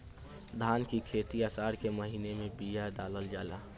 धान की खेती आसार के महीना में बिया डालल जाला?